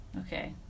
Okay